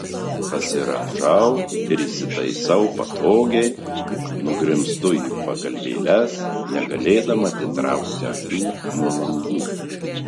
pasirąžau ir įsitaisau patogiai nugrimztu į pagalvėles negalėdama atitraukti akių nuo langų